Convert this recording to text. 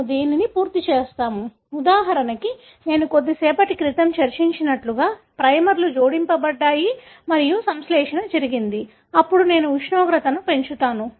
మనము దీనిని పూర్తి చేస్తాము ఉదాహరణకు నేను కొద్దిసేపటి క్రితం చర్చించినట్లుగా ప్రైమర్లు జోడించబడ్డాయి మరియు సంశ్లేషణ జరిగింది అప్పుడు నేను ఉష్ణోగ్రతను పెంచుతాను